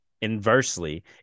Inversely